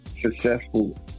successful